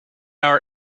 our